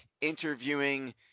interviewing